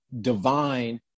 divine